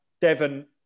Devon